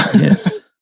Yes